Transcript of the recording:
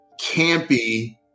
campy